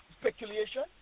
speculation